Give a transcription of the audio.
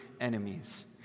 enemies